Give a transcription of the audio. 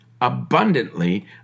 Abundantly